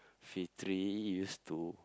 Fitri used to